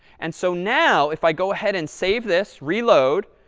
and so now, if i go ahead and save this, reload,